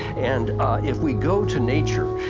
and if we go to nature,